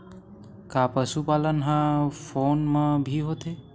का पशुपालन ह फोन म भी होथे?